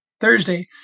thursday